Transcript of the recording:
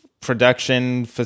production